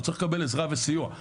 הוא צריך לקבל עזרה וסיוע.